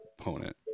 opponent